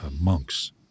monks